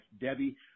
Debbie